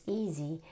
easy